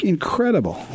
Incredible